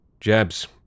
Jabs